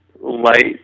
light